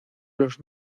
los